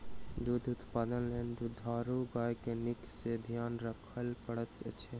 दूध उत्पादन लेल दुधारू गाय के नीक सॅ ध्यान राखय पड़ैत अछि